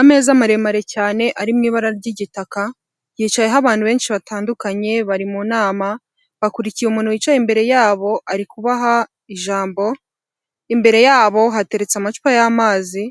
Ameza maremare cyane ari mu ibara ry'igitaka, yicayeho abantu benshi batandukanye bari mu nama, bakurikiye umuntu wicaye imbere yabo arikuha ijambo, imbere yabo hateretse amacupa y'amazi,